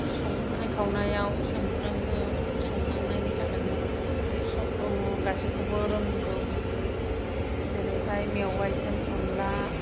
संनाय खावनायाव सानफ्रामबो संनायनांनायनि थाखायनो गासैखौबो रोंगौ जेरैहाय मेवाइजों अनद्ला